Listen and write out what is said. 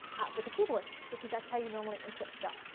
with a keyboard, because that's how you normally input stuff,